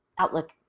outlook